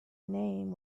name